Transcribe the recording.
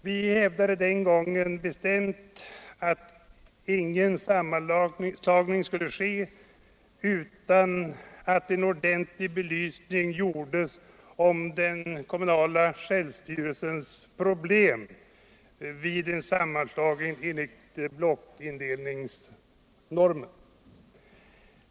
Vi hävdade den gången bestämt att ingen sammanslagning skulle ske utan att en ordentlig genomlysning gjordes av den kommunala självstyrelsens problem vid en sammanslagning enligt blockindelningsnormen.